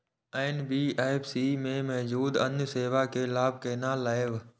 NBFC में मौजूद अन्य सेवा के लाभ केना लैब?